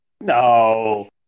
No